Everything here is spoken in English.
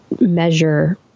measure